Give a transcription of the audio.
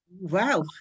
Wow